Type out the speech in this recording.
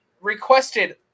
requested